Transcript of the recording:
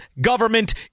government